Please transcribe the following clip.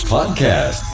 Podcast